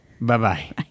Bye-bye